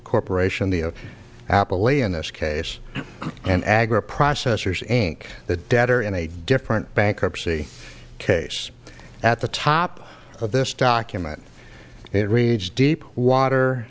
corporation the of apple a in this case and agriprocessors nk the debtor in a different bankruptcy case at the top of this document it reads deep water